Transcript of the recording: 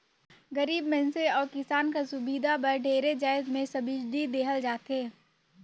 गरीब मइनसे अउ किसान कर सुबिधा बर ढेरे जाएत में सब्सिडी देहल जाथे